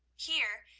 here,